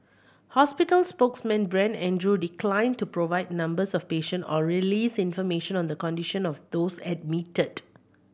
hospital spokesman Brent Andrew declined to provide numbers of patient or release information on the condition of those admitted